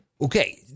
Okay